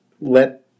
let